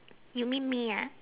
you mean me ah